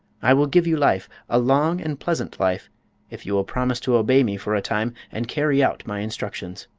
i will give you life a long and pleasant life if you will promise to obey me for a time and carry out my instructions.